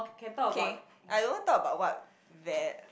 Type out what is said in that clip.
okay